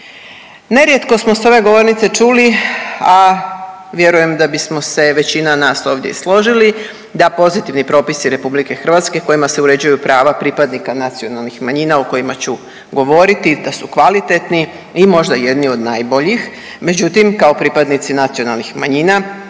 Nerijetko smo s ove govornice čuli, a vjerujem da bismo se većina nas ovdje i složili da pozitivni propisi RH kojim se uređuju prava pripadnika nacionalnih manjina o kojima ću govoriti da su kvalitetni i možda jedni od najboljih. Međutim, kao pripadnici nacionalnih manjina